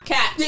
Cat